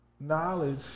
knowledge